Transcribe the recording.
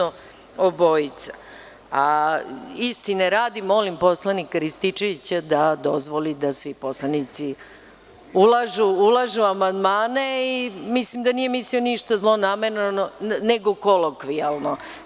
Istine radi, molim poslanika Rističevića da dozvoli da svi poslanici ulažu amandmane i mislim da nije mislio ništa zlonamerno, nego kolokvijalno.